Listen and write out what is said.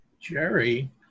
Jerry